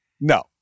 No